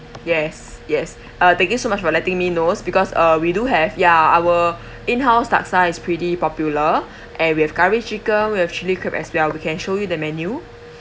yes yes uh thank you so much for letting me knows because uh we do have ya our in-house laksa is pretty popular and we have curry chicken we have chili crab as well we can show you the menu